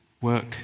work